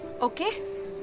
Okay